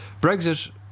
Brexit